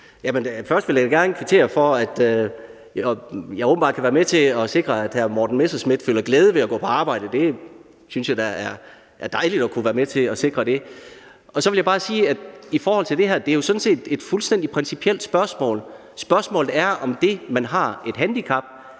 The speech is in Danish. sige, at jeg er glad for, at jeg åbenbart kan være med til at sikre, at hr. Morten Messerschmidt føler glæde ved at gå på arbejde. Det synes jeg da er dejligt at kunne være med til at sikre. Så vil jeg bare sige, at det her jo sådan set er et fuldstændig principielt spørgsmål. Spørgsmålet er, om det, at man har et handicap,